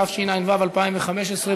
התשע"ו 2015,